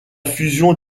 fusion